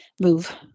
move